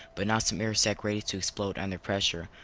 but not some air sack ready to explode under pressure,